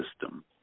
system